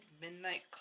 Midnight